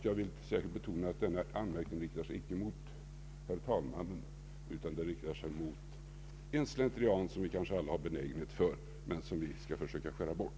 Jag vill särskilt betona att denna anmärkning icke riktar sig mot herr talmannen utan mot den slentrian som vi kanske alla har benägenhet för men som vi bör försöka rensa bort.